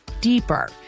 deeper